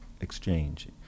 exchange